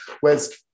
whereas